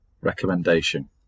Recommendation